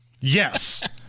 Yes